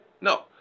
No